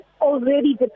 already